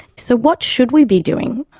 so what should we be doing?